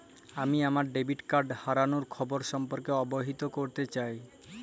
আমি আমার debit card হারানোর খবর সম্পর্কে অবহিত করতে চাই